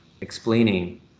explaining